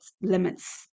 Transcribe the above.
limits